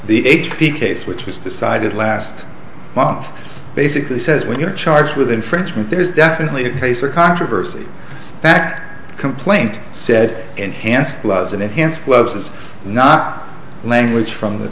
the h p case which was decided last month basically says when you're charged with infringement there's definitely a case or controversy back complaint said enhanced clouds of enhanced gloves is not language from the